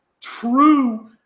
true